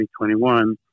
2021